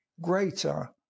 greater